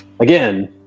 again